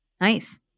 Nice